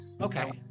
Okay